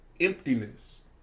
emptiness